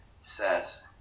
says